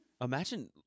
Imagine